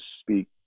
speak